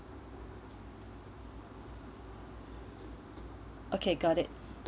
okay got it